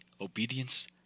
obedience